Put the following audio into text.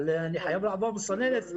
אבל אני חייב לעבור את המסננת של